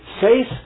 faith